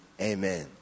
Amen